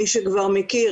מי שכבר מכיר,